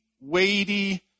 weighty